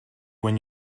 when